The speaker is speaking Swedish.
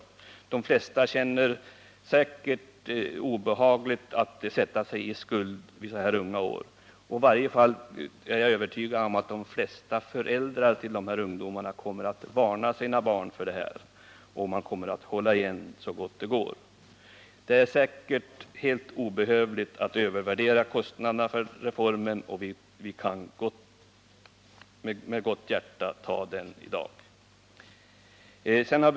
De flesta av dessa ungdomar känner det säkert obehagligt att sätta sig i skuld vid så unga år, och i varje fall är jag övertygad om att de flesta av föräldrarna till dem kommer att varna sina barn för skuldsättning och be dem försöka hålla igen så gott det går. Vi skall därför inte överskatta kostnaderna för reformen; vi kan nog med glatt hjärta anta förslaget i dag.